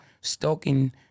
stalking